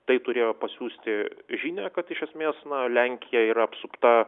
tai turėjo pasiųsti žinią kad iš esmės na lenkija yra apsupta